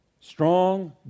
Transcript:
Strong